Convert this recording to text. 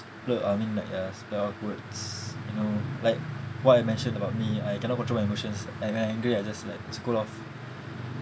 l~ I mean like uh spell out words you know like what I mentioned about me I cannot control my emotions and when I angry I just like scold off